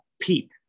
peep